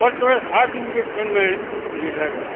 પણ તોય સાત ઇન્જેકશન મેં લીધાં હતાં